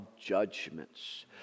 judgments